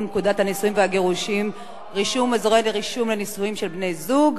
פקודת הנישואין והגירושין (רישום) (אזורי רישום לנישואין של בני-זוג),